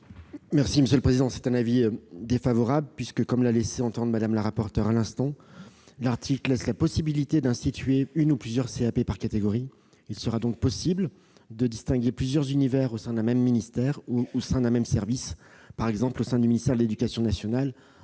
l'avis du Gouvernement ? Il est défavorable puisque, comme l'a laissé entendre Mme la rapporteur à l'instant, l'article 4 laisse la possibilité d'instituer une ou plusieurs CAP par catégorie. Il sera donc possible de distinguer plusieurs univers au sein d'un même ministère ou au sein d'un même service, par exemple, au sein du ministère de l'éducation nationale,